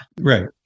right